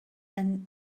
and